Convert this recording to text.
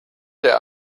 der